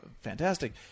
fantastic